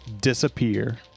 disappear